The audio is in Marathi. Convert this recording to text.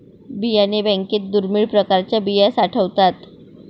बियाणे बँकेत दुर्मिळ प्रकारच्या बिया साठवतात